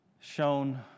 shown